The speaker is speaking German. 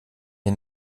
den